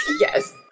Yes